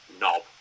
knob